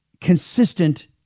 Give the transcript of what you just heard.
consistent